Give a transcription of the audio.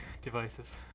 devices